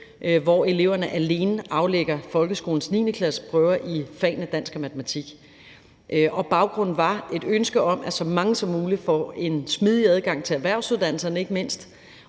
hvor eleverne alene aflægger folkeskolens 9.-klasseprøver i fagene dansk og matematik. Baggrunden var et ønske om, at så mange som muligt får en smidig adgang til erhvervsuddannelserne ikke mindst,